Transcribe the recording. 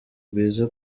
rwiza